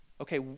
okay